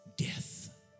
death